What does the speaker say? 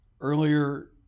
Earlier